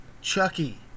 Chucky